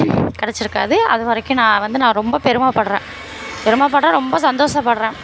கெடைச்சிருக்காது அது வரைக்கும் நான் வந்து நான் ரொம்ப பெருமைப்பட்றேன் பெருமைப்பட்றேன் ரொம்ப சந்தோஷப்பட்றேன்